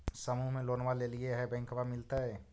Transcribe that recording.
समुह मे लोनवा लेलिऐ है बैंकवा मिलतै?